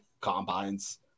combines